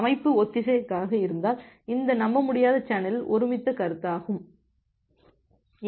அமைப்பு ஒத்திசைவற்றதாக இருந்தால் இந்த நம்பமுடியாத சேனலில் ஒருமித்த கருத்தாகும்